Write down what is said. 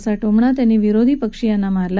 असा टोमणा त्यांनी विरोधी पक्षीयांना मारला